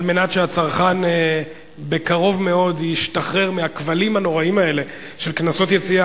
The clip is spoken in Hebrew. מנת שהצרכן בקרוב מאוד ישתחרר מהכבלים הנוראיים האלה של קנסות יציאה,